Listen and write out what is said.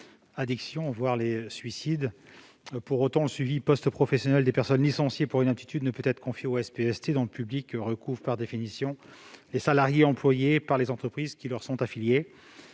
addictions, voire les suicides. Pour autant, le suivi post-professionnel des personnes licenciées pour inaptitude ne peut pas être confié aux SPST dont le public recouvre, par définition, les salariés employés par les entreprises qui leur sont affiliées.